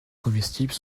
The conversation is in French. comestibles